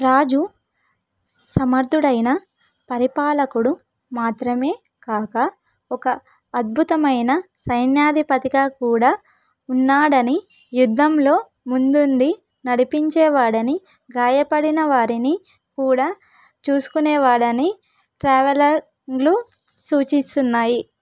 రాజు సమర్థుడైన పరిపాలకుడు మాత్రమే కాక ఒక అద్భుతమైన సైన్యాధిపతిగా కూడా ఉన్నాడని యుద్ధంలో ముందుండి నడిపించేవాడని గాయపడిన వారిని కూడా చూసుకునేవాడని ట్రావెలర్లు సూచిస్తున్నాయి